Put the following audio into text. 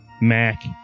Mac